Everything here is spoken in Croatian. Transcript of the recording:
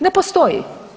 Ne postoji!